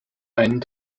einen